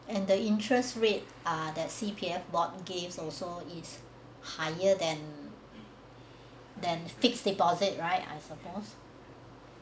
and the interest rate ah that C_P_F board games also is higher than fix deposit right I suppose